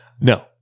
No